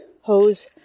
hose